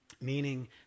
meaning